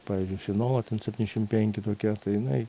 pavyzdžiui finola ten septyniasdešim penki tokia tai jinai